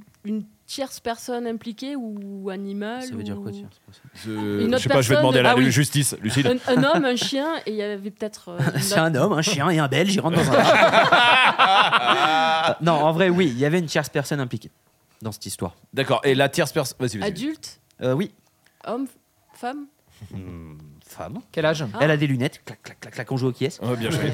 une tierce personne impliquée ou animal Ça veut dire quoi, ou- tierce personne ? Je- Une je autre sais pas, je vais personne- demander à la Ah oui. justice, Lucide. Un- un homme, un chien et il y avait peut-être, euh, une C'est autre- un homme, un chien et un Belge, ils rentrent dans un bar. Euh, non, en vrai, oui, il y avait une tierce personne impliquée dans cette histoire. D'accord, et la tierce perso- vas-y, vas-y, vas-y. Adulte ? Euh, oui. Homme, f- femme ? Hmm, femme. Quel âge ? Ah. Elle a des lunettes, clac, clac, clac, clac, on joue au Qui est-ce ? Oh, bien Ouais. joué.